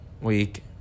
Week